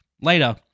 Later